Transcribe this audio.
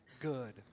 good